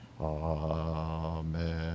Amen